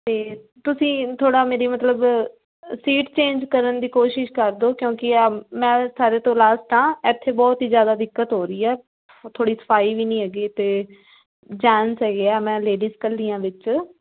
ਅਤੇ ਤੁਸੀਂ ਥਰੜ੍ਹਾ ਮੇਰੀ ਮਤਲਬ ਸੀਟ ਚੇਂਜ ਕਰਨ ਦੀ ਕੋਸ਼ਿਸ਼ ਕਰ ਦਿਓ ਕਿਉਂਕਿ ਆ ਮੈਂ ਸਾਰਿਆਂ ਤੋਂ ਲਾਸਟ ਹਾਂ ਇੱਥੇ ਬਹੁਤ ਹੀ ਜ਼ਿਆਦਾ ਦਿੱਕਤ ਹੋ ਰਹੀ ਹੈ ਥੋੜ੍ਹੀ ਸਫਾਈ ਵੀ ਨਹੀਂ ਹੈਗੀ ਅਤੇ ਜੈਂਟਸ ਹੈਗੇ ਆ ਮੈਂ ਲੇਡੀਜ ਇਕੱਲੀ ਹਾਂ ਵਿੱਚ